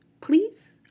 please